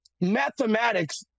mathematics